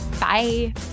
Bye